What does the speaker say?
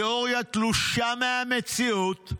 תיאוריה תלושה מהמציאות,